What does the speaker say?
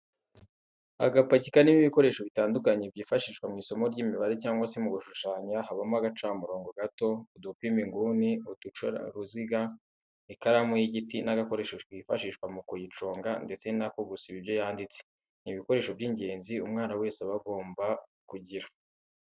Agapaki karimo ibikoresho bitandukanye byifashishwa mu isomo ry'imibare cyangwa se mu gushushanya habamo agacamurongo gato, udupima inguni, uducaruziga, ikaramu y'igiti n'agakoresho kifashishwa mu kuyiconga ndetse n'ako gusiba ibyo yanditse, ni ibikoresho by'ingenzi umwana wese wiga aba agomba kugira.